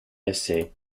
essai